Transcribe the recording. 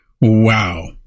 wow